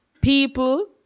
people